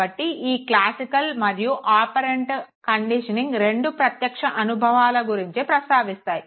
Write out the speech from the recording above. కాబట్టి ఈ క్లాసికల్ మరియు ఆపరెంట్ కండిషనింగ్ రెండు ప్రత్యక్ష అనుభవాల గురించి ప్రస్తావిస్తాయి